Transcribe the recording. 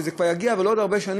כשזה כבר יגיע, ולא עוד הרבה זמן,